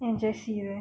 yang jessie tu eh